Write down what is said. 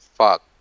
fuck